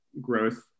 growth